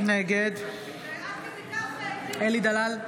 נגד אלי דלל,